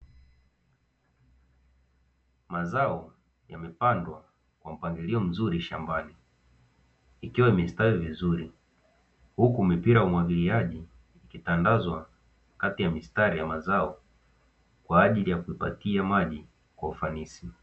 Mazao yamepandwa kwa mpangilio mzuri shambani, yakiwa yamestawi vizuri, huku mipira ya umwagiliaji ikitandazwa kati ya mistari ya mazao, kwa ajili ya kuipatia maji kwa ufanisi.